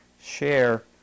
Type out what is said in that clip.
share